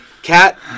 Cat